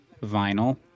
vinyl